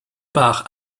part